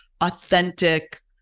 authentic